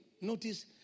notice